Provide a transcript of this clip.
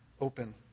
open